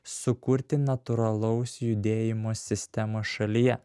sukurti natūralaus judėjimo sistemą šalyje